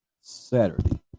Saturday